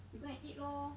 you go and eat lor